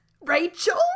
Rachel